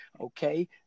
Okay